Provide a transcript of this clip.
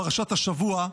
פרשת השבוע,